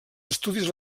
estudis